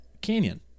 Canyon